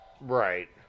Right